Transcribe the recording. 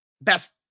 best